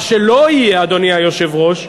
מה שלא יהיה, אדוני היושב-ראש,